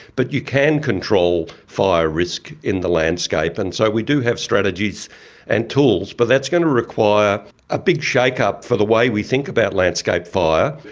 but you can control fire risk in the landscape. and so we do have strategies and tools, but that's going to require a big shakeup for the way we think about landscape fire,